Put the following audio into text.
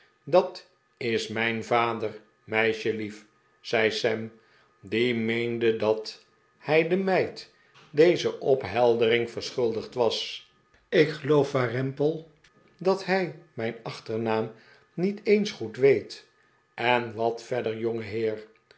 dat is mijn vader meisjelief zei sam die meende dat hij de meid deze opheldering verschuldigd was ik geloof waarempel dat hij mijn achternaam niet eens goed weet en wat verder jongeheer